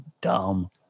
dumb